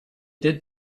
did